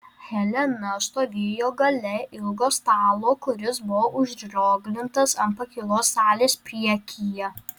helena stovėjo gale ilgo stalo kuris buvo užrioglintas ant pakylos salės priekyje